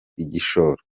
igishoro